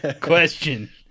Question